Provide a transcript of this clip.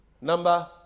Number